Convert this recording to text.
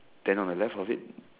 then on the left of it